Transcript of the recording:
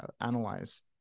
analyze